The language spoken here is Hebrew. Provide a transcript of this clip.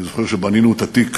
אני זוכר שבנינו את התיק